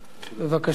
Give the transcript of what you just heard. בבקשה.